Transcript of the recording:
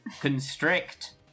constrict